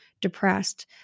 depressed